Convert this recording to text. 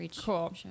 Cool